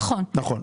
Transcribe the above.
נכון.